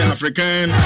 African